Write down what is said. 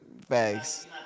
Thanks